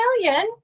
million